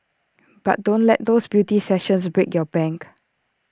but don't let those beauty sessions break your bank